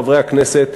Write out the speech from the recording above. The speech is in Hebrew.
חברי הכנסת,